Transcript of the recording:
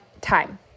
time